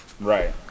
Right